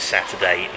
Saturday